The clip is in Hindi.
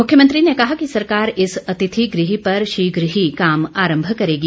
मुख्यमंत्री ने कहा कि सरकार इस अतिथि गृह पर शीघ्र ही काम आरम्भ करेगी